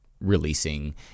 releasing